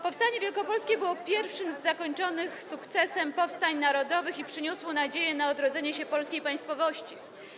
Powstanie Wielkopolskie było pierwszym z zakończonych sukcesem powstań narodowych i przyniosło nadzieję na odrodzenie się polskiej państwowości.